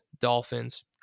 Dolphins